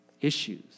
issues